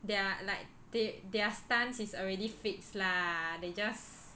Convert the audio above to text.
their like they their stance is already fixed lah they just